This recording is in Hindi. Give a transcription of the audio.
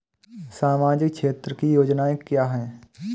सामाजिक क्षेत्र की योजनाएँ क्या हैं?